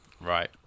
Right